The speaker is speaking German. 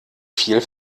viel